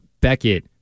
Beckett